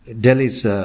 Delhi's